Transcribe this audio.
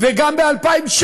וגם ב-2016,